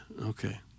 Okay